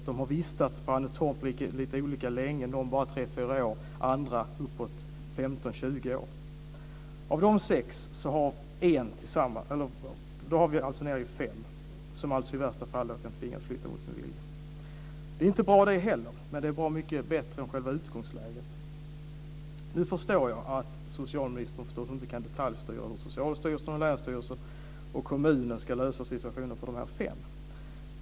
De har vistats på Annetorp lite olika länge, någon bara tre fyra år, andra uppåt 15-20 år. Då är vi nere i fem som i värsta fall kan tvingas att flytta mot sin vilja. Det är inte bra det heller, men det är bra mycket bättre än själva utgångsläget. Nu förstår jag att socialministern förstås inte kan detaljstyra hur Socialstyrelsen, länsstyrelsen och kommunen ska lösa situationen för de här fem.